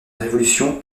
révolution